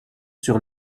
sur